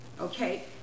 Okay